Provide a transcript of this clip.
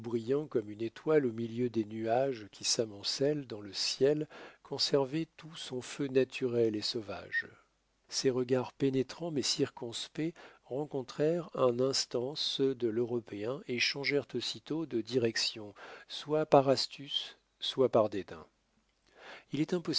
comme une étoile au milieu des nuages qui s'amoncellent dans le ciel conservait tout son feu naturel et sauvage ses regards pénétrants mais circonspects rencontrèrent un instant ceux de l'européen et changèrent aussitôt de direction soit par astuce soit par dédain il est